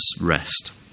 rest